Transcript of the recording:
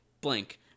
blank